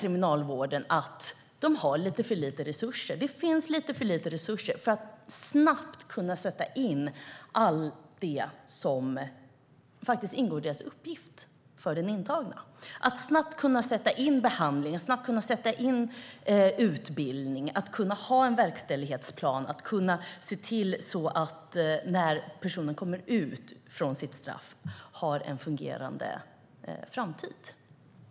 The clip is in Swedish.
Kriminalvården menar att man har för lite resurser för att snabbt kunna sätta in allt det som ingår i Kriminalvårdens uppgift. Man ska snabbt kunna sätta in behandling och utbildning för den intagne och kunna upprätta en verkställighetsplan. När personen har avtjänat sitt straff måste han eller hon också ha en fungerande framtid.